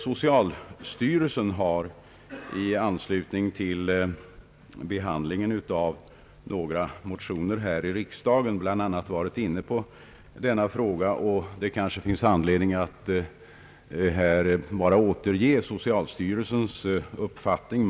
Socialstyrelsen har i anslutning till behandlingen av några motioner här i riksdagen bl.a. varit inne på detta spörsmål, och det finns kanske anledning att här återge socialstyrelsens uppfattning.